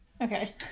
okay